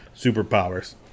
superpowers